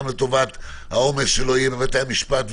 גם לטובת הקטנת העומס על בתי המשפט וכולי.